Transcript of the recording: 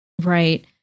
Right